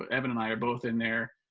ah evan and i are both in there.